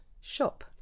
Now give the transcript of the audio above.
shop